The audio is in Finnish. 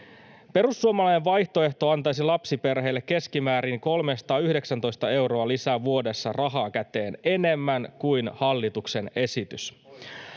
Perussuomalainen vaihtoehto antaisi lapsiperheille vuodessa keskimäärin 319 euroa lisää rahaa käteen enemmän kuin hallituksen esitys.